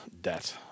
debt